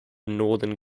northern